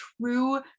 true